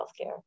healthcare